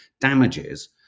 damages